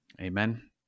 Amen